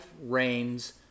reigns